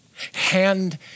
hand